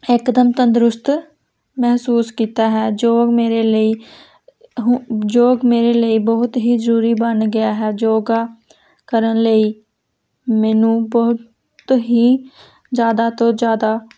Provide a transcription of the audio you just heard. ਇਕਦਮ ਤੰਦਰੁਸਤ ਮਹਿਸੂਸ ਕੀਤਾ ਹੈ ਯੋਗ ਮੇਰੇ ਲਈ ਯੋਗ ਮੇਰੇ ਲਈ ਬਹੁਤ ਹੀ ਜ਼ਰੂਰੀ ਬਣ ਗਿਆ ਹੈ ਯੋਗਾ ਕਰਨ ਲਈ ਮੈਨੂੰ ਬਹੁਤ ਹੀ ਜ਼ਿਆਦਾ ਤੋਂ ਜ਼ਿਆਦਾ